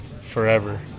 forever